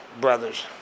brothers